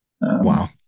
Wow